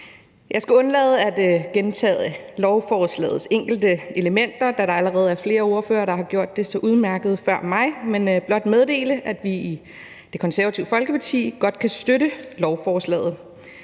Jeg skal undlade at gentage lovforslagets enkelte elementer, da der allerede er flere ordførere, der har gjort det så udmærket før mig, men blot meddele, at vi i Det Konservative Folkeparti godt kan støtte lovforslaget.